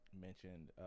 mentioned